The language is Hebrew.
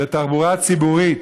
זה תחבורה ציבורית.